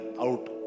out